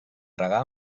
regar